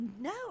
No